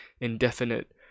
indefinite